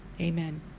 Amen